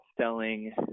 selling